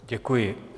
Děkuji.